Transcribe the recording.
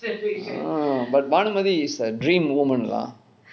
ah but bhanumathi is a dream woman lah